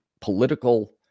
political